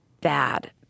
bad